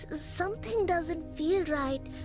ah something doesn't feel right.